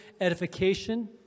edification